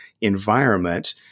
environment